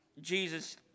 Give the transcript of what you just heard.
Jesus